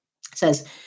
says